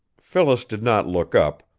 phyllis did not look up,